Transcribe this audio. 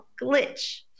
glitch